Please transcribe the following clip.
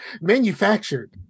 Manufactured